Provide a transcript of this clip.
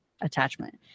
attachment